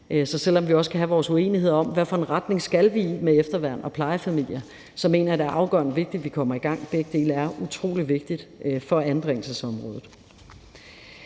Så selv om vi også kan have vores uenigheder om, hvad for en retning vi skal i med efterværn og plejefamilier, mener jeg, det er afgørende vigtigt, at vi kommer i gang. Begge dele er utrolig vigtige for anbringelsesområdet.